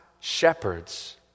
shepherds